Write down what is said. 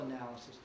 analysis